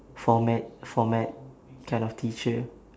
format format kind of teacher